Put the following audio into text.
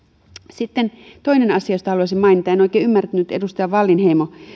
sitten toinen asia josta haluaisin mainita kun en oikein ymmärtänyt edustaja wallinheimo